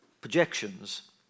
projections